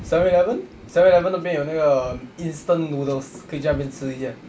seven eleven seven eleven 那边有那个 instant noodles 可以去那边吃一下